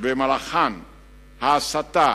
שבמהלכן ההסתה,